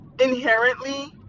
inherently